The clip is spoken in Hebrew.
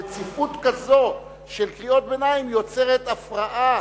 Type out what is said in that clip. רציפות כזאת של קריאות ביניים יוצרת הפרעה,